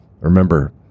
Remember